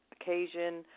occasion